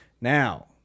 Now